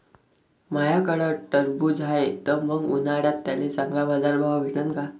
माह्याकडं टरबूज हाये त मंग उन्हाळ्यात त्याले चांगला बाजार भाव भेटन का?